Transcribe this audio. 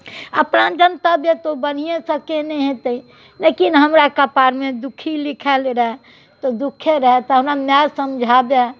अपना जनते तऽ ओ बढ़ियेँ से केने हेतै लेकिन हमरा कपारमे दुःखी लिखाएल रहै तऽ दुःखे रहै तऽ हमरा माय समझाबै